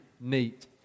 neat